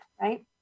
right